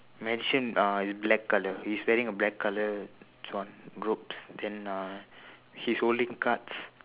magician uh is black colour he's wearing a black colour robes then uh he's holding cards